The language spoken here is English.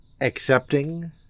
accepting